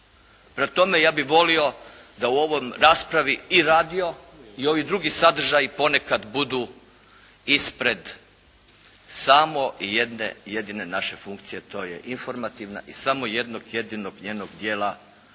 Prema tome ja bih volio da u ovoj raspravi i radio i ovi drugi sadržaji ponekad budu ispred samo jedne jedine naše funkcije, a to je informativna i samo jednog jedinog njenog dijela